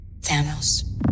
Thanos